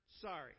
Sorry